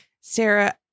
Sarah